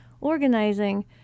organizing